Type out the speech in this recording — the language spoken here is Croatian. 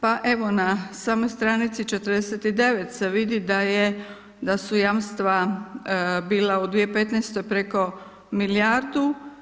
Pa evo, na samoj stranici 49 se vidi, da su jamstva bila u 2015. preko milijardu.